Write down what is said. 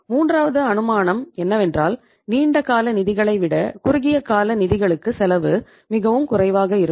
மூன்றாவது அனுமானம் என்னவென்றால் நீண்டகால நிதிகளை விட குறுகிய கால நிதிகளுக்கு செலவு மிகவும் குறைவாக இருக்கும்